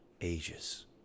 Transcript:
ages